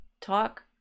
talk